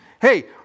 Hey